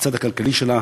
בצד הכלכלי שלה,